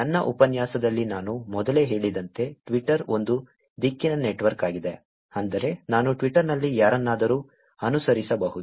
ನನ್ನ ಉಪನ್ಯಾಸದಲ್ಲಿ ನಾನು ಮೊದಲೇ ಹೇಳಿದಂತೆ ಟ್ವಿಟರ್ ಒಂದು ದಿಕ್ಕಿನ ನೆಟ್ವರ್ಕ್ ಆಗಿದೆ ಅಂದರೆ ನಾನು ಟ್ವಿಟರ್ನಲ್ಲಿ ಯಾರನ್ನಾದರೂ ಅನುಸರಿಸಬಹುದು